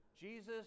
Jesus